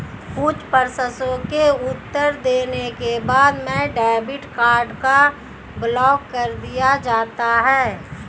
कुछ प्रश्नों के उत्तर देने के बाद में डेबिट कार्ड को ब्लाक कर दिया जाता है